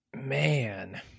Man